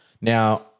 Now